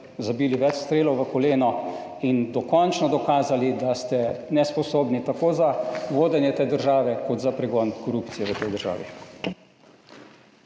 zabili več strelov v koleno in dokončno dokazali, da ste nesposobni tako za vodenje te države, kot za pregon korupcije v tej državi.